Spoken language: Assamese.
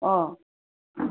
অঁ